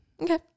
Okay